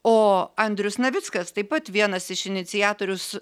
o andrius navickas taip pat vienas iš iniciatorius